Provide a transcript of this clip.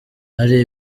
hari